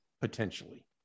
potentially